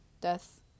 death